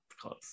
Close